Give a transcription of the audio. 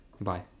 Bye